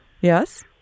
Yes